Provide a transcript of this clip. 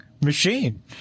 machine